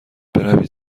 بروید